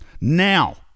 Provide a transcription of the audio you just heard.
Now